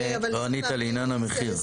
--- לא ענית לעניין המחיר.